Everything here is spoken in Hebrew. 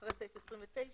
אחרי סעיף 29,